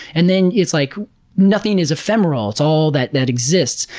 and then it's like nothing is ephemeral, it's all that that exists.